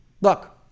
Look